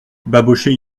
babochet